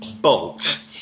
bolt